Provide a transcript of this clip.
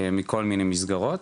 מכל מיני מסגרות,